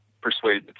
persuade